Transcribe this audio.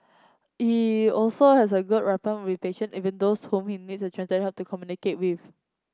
he also has a good rapport with patient even those whom he needs a translator's help to communicate with